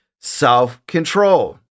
self-control